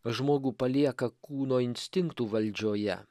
žmogų palieka kūno instinktų valdžioje